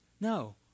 No